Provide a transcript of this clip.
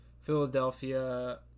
Philadelphia